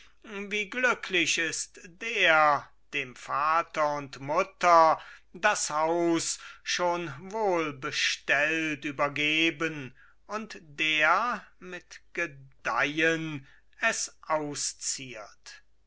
wie glücklich ist der dem vater und mutter das haus schon wohlbestellt übergeben und der mit gedeihen es ausziert